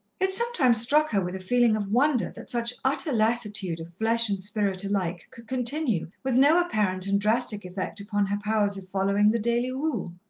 it sometimes struck her with a feeling of wonder that such utter lassitude of flesh and spirit alike could continue with no apparent and drastic effect upon her powers of following the daily rule.